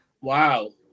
Wow